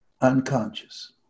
unconscious